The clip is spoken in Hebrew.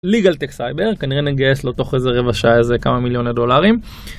ליגל טקסייבר כנראה נגייס לו תוך איזה רבע שעה איזה כמה מיליוני דולרים.